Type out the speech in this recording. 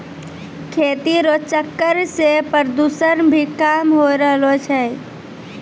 खेती रो चक्कर से प्रदूषण भी कम होय रहलो छै